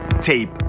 Tape